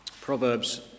Proverbs